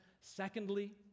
Secondly